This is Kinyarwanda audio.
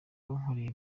wankoreye